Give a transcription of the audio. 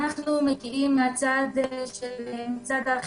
אנחנו מגיעים מצד האכיפה,